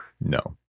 No